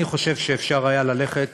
אני חושב שאפשר היה ללכת